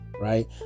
Right